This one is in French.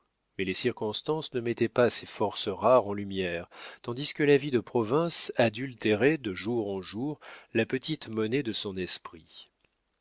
mais les circonstances ne mettaient pas ces forces rares en lumière tandis que la vie de province adultérait de jour en jour la petite monnaie de son esprit